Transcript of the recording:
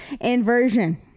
inversion